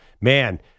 Man